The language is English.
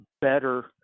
better